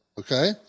Okay